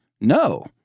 no